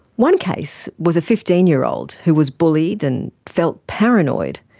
one case was a fifteen year old who was bullied and felt paranoid.